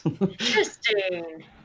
Interesting